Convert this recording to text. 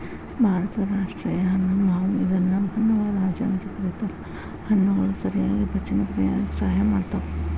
ಭಾರತದ ರಾಷ್ಟೇಯ ಹಣ್ಣು ಮಾವು ಇದನ್ನ ಹಣ್ಣುಗಳ ರಾಜ ಅಂತ ಕರೇತಾರ, ಹಣ್ಣುಗಳು ಸರಿಯಾಗಿ ಪಚನಕ್ರಿಯೆ ಆಗಾಕ ಸಹಾಯ ಮಾಡ್ತಾವ